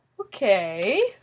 Okay